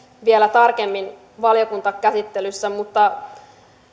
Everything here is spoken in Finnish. vielä tarkemmin valiokuntakäsittelyssä mutta